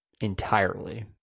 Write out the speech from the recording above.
entirely